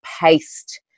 paste